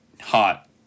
hot